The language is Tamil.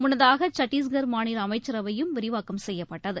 முன்னதாக சத்தீஸ்கர் மாநில அமைச்சரவையும் விரிவாக்கப்பட்டது